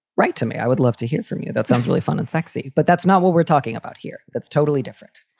right to me, i would love to hear from you. that sounds really fun and sexy. but that's not what we're talking about here. that's totally different.